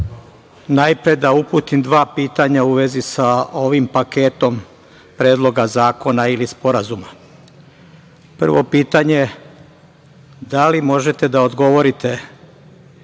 najpre da uputim dva pitanja u vezi sa ovim paketom predloga zakona ili sporazuma. Prvo pitanje – da li možete da odgovorite